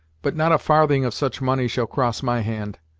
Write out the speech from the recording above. but not a farthing of such money shall cross my hand.